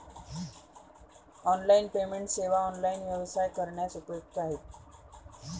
online payment सेवा online व्यवसाय करण्यास उपयुक्त आहेत